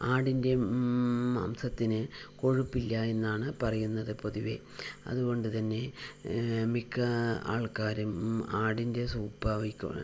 ആടിൻ്റെ മാംസത്തിന് കൊഴുപ്പില്ല എന്നാണ് പറയുന്നത് പൊതുവേ അതുകൊണ്ടു തന്നെ മിക്ക ആൾക്കാരും ആടിൻ്റെ സൂപ്പായിക്കോട്ടെ